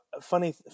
funny